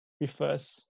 refers